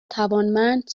توانمند